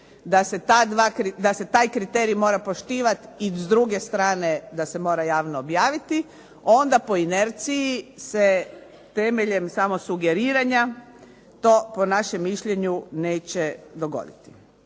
da se taj kriterij mora poštivati i s druge strane da se mora javno objaviti, onda po inerciji se temeljem samo sugeriranja to po našem mišljenju neće dogoditi.